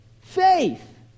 faith